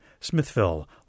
Smithville